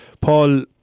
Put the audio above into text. Paul